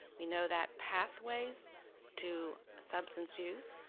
we know that pathways to substance use,